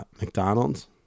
McDonald's